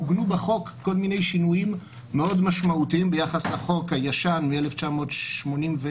עוגנו בחוק שינויים מאוד משמעותיים ביחס לחוק הישן מ-1981,